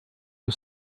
you